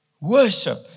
Worship